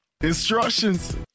instructions